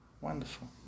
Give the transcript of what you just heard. wonderful